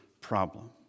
problem